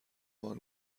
بار